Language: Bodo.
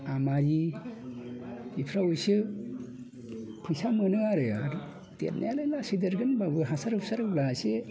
आमायि इफ्राव एसे फैसा मोनो आरो देरनायालाय लासै देरगोन होमब्लाबो हासार हुसार होब्ला एसे